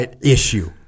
issue